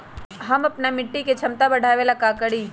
हम अपना मिट्टी के झमता बढ़ाबे ला का करी?